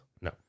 No